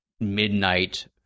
midnight